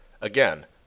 Again